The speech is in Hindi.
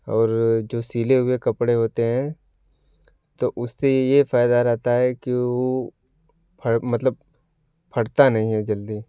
और जो सिले हुए कपड़े होते हैं तो उससे यह फ़ायदा रहता है कि वह फ मतलब फटता नहीं है जल्दी